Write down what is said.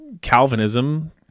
Calvinism